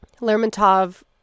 Lermontov